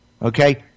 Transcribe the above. Okay